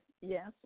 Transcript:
Yes